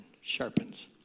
sharpens